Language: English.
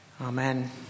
Amen